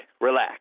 Relax